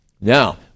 Now